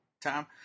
Tom